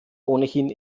ohnehin